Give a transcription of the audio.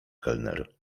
kelner